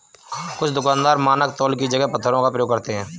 कुछ दुकानदार मानक तौल की जगह पत्थरों का प्रयोग करते हैं